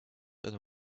and